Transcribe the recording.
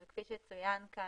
כפי שצוין כאן,